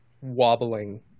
wobbling